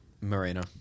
Marina